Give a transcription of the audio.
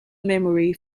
memory